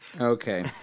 Okay